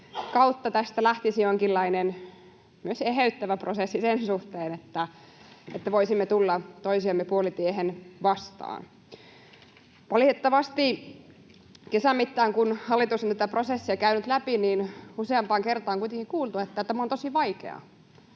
kautta tästä lähtisi myös jonkinlainen eheyttävä prosessi sen suhteen, että voisimme tulla toisiamme puolitiehen vastaan. Valitettavasti, kesän mittaan kun hallitus näitä prosesseja on käynyt läpi, useampaan kertaan on kuitenkin kuultu, että tämä on tosi vaikeaa.